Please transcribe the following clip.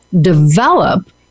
develop